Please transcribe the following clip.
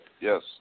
Yes